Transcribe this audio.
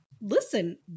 listen